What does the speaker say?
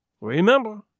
Remember